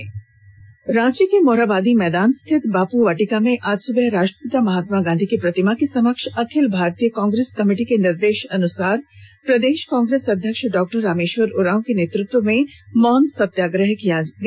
में शेर में रांची के मोरहाबादी मैदान स्थित बापू वाटिका में आज सुबह राष्ट्रपिता महात्मा गांधी के प्रतिमा के समक्ष अखिल भारतीय कांग्रेस कमिटी के निर्देशानुसार प्रदेश कांग्रेस अध्यक्ष डॉ रामेश्वर उराँव के नेतृत्व में मौन सत्याग्रह किया गया